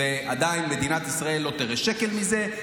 ועדיין מדינת ישראל לא תראה שקל מזה,